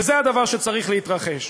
וזה הדבר שצריך להתרחש.